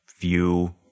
view